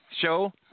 Show